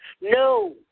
No